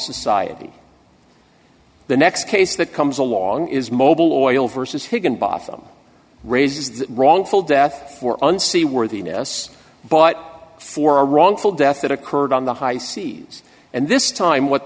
society the next case that comes along is mobile oil vs higginbotham raises the wrongful death for an seaworthiness but for a wrongful death that occurred on the high seas and this time what